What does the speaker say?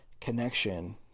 connection